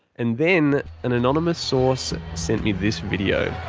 and then an anonymous source, sent me this video.